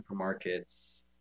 supermarkets